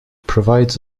provides